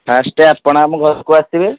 first ଆପଣ ଆମ ଘରକୁ ଆସିବେ